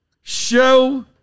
show